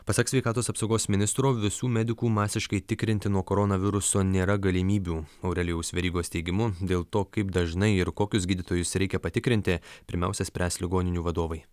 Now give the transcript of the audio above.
pasak sveikatos apsaugos ministro visų medikų masiškai tikrinti nuo koronaviruso nėra galimybių aurelijaus verygos teigimu dėl to kaip dažnai ir kokius gydytojus reikia patikrinti pirmiausia spręs ligoninių vadovai